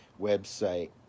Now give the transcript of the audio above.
website